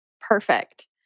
Perfect